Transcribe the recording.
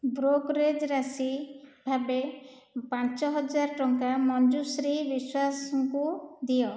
brokerage ରାଶି ଭାବେ ପାଞ୍ଚ ହଜାର ଟଙ୍କା ମଞ୍ଜୁଶ୍ରୀ ବିଶ୍ୱାସଙ୍କୁ ଦିଅ